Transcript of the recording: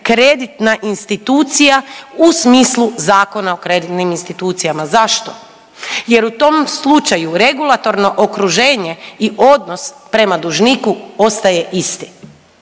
kreditna institucija u smislu Zakona o kreditnim institucijama. Zašto? Jer u tom slučaju regulatorno okruženje i odnos prema dužniku ostaje isti.